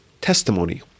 testimony